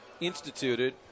instituted